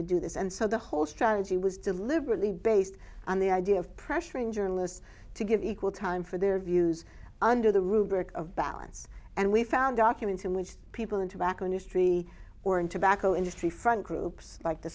would do this and so the whole strategy was deliberately based on the idea of pressuring journalists to give equal time for their views under the rubric of balance and we found documents in which people into back on history or and tobacco industry front groups like the